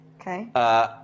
Okay